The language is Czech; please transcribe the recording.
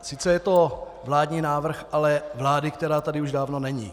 Sice je to vládní návrh, ale vlády, která tady už dávno není.